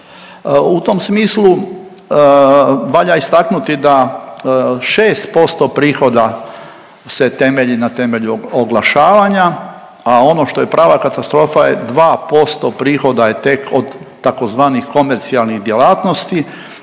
U tom smislu, valja istaknuti da 6% prihoda se temelji na temelju oglašavanja, a ono što je prava katastrofa je 2% prihoda je tek od tzv. komercijalnih djelatnosti,